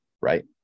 right